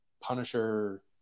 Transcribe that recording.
Punisher